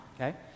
okay